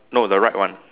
no the right one